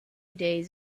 days